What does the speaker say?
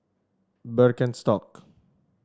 birkenstock